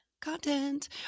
Content